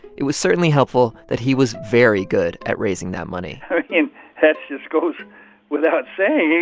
it was certainly helpful that he was very good at raising that money i mean, that just goes without saying.